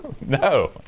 No